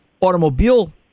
automobile